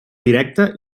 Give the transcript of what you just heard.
directe